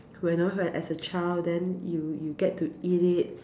when I as a child then you you get to eat it